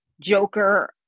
Joker